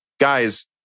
guys